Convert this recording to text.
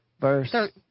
Verse